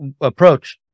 approach